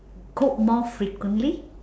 cook more frequently